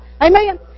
Amen